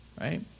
right